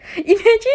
imagine